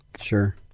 sure